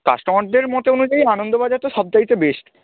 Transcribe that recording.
কাস্টমারদের মত অনুযায়ী আনন্দবাজার তো সব চাইতে বেস্ট